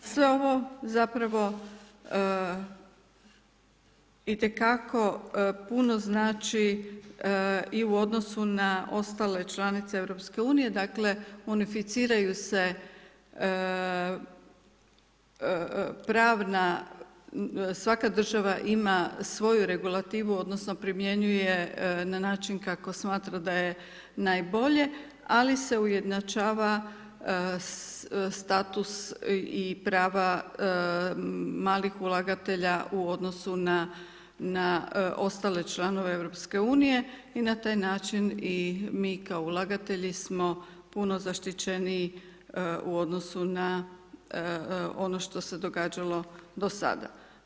Sve ovo zapravo i te kako puno znači i u odnosu na ostale članice EU, dakle unificiraju se pravna svaka država ima svoju regulativu odnosno primjenjuje na način kako smatra da je najbolje ali se ujednačava status i prava malih ulagatelja u odnosu na ostale članove EU i na taj način i mi kao ulagatelji smo puno zaštićeniji u odnosu na ono što se događalo do sada.